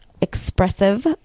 expressive